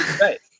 Right